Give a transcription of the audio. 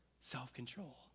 self-control